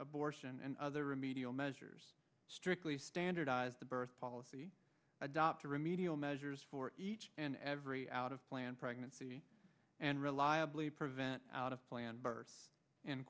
abortion and other remedial measures strictly standardize the birth policy adopt a remedial measures for each and every out of planned pregnancy and reliably prevent out of plan